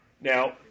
Now